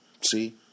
See